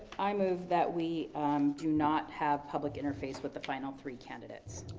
i move that we and do not have public interface with the final three candidates.